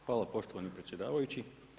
Hvala poštovani predsjedavajući.